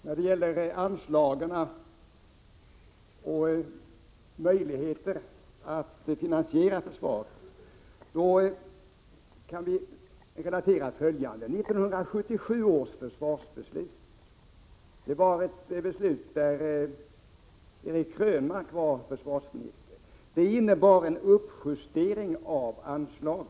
Fru talman! När det gäller anslagen och möjligheterna att finansiera försvaret kan vi relatera följande. 1977 års försvarsbeslut fattades när Eric Krönmark var försvarsminister. Beslutet innebar en uppjustering av anslagen.